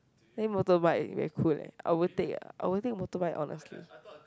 then motorbike very cool leh I will take I will take a motorbike honestly